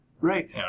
Right